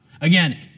Again